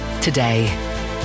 today